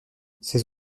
ces